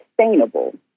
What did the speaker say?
sustainable